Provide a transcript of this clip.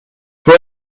for